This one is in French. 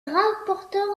rapporteur